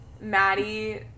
Maddie